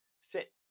sit